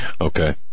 Okay